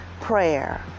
prayer